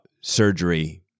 surgery